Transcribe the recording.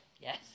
Yes